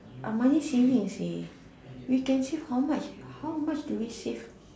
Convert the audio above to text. are money saving you see we can save how much how much do we save